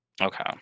Okay